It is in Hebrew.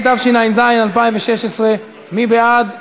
התשע"ז 2016. מי בעד?